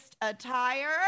attire